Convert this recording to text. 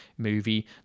Movie